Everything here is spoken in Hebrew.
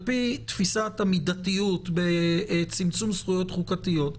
על-פי תפיסת המדתיות בצמצום זכויות חוקתיות,